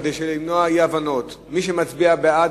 כדי למנוע אי-הבנות: מי שמצביע בעד,